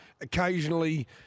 occasionally